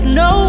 no